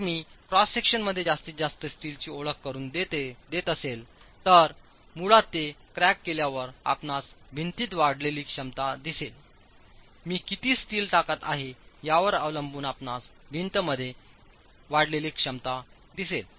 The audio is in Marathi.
जर मी क्रॉस सेक्शनमध्ये जास्तीत जास्त स्टीलची ओळख करुन देत असेल तर मुळात ते क्रॅक केल्यावर आपणास भिंतीत वाढलेली क्षमता दिसेलमी किती स्टील टाकत आहे यावर अवलंबून आपणास भिंत मध्ये वाढलेली क्षमता दिसेल